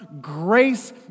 grace